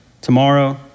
tomorrow